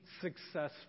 successful